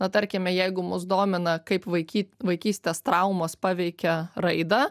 na tarkime jeigu mus domina kaip vaiky vaikystės traumos paveikia raidą